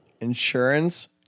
insurance